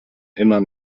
immer